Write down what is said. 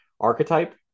archetype